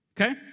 Okay